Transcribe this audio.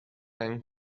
and